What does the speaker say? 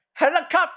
helicopter